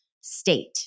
state